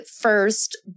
first